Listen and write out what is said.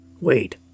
Wait